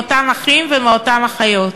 מאותם אחים ומאותן אחיות.